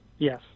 Yes